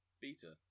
beta